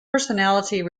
personality